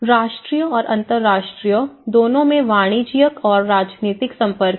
राष्ट्रीय और अंतर्राष्ट्रीय दोनों में वाणिज्यिक और राजनीतिक संपर्क है